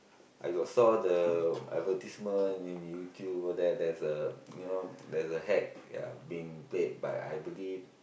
I got saw the advertisement in YouTube all that there's a you know there's a hack ya being played but I believe